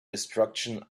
destruction